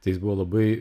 tai jis buvo labai